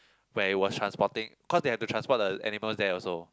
where it was transporting because they have to transport the animals there also